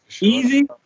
Easy